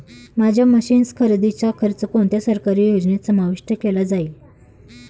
माझ्या मशीन्स खरेदीचा खर्च कोणत्या सरकारी योजनेत समाविष्ट केला जाईल?